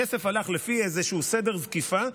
הכסף הלך לפי איזשהו סדר זקיפה,